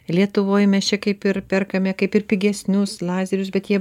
lietuvoj mes čia kaip ir perkame kaip ir pigesnius lazerius bet jie